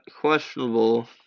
questionable